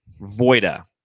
Voida